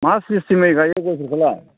मा सिस्टेमै गायो गयफोरखौलाय